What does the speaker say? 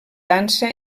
dansa